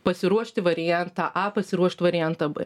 pasiruošti variantą a pasiruošt variantą b